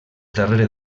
darrere